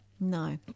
No